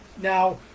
Now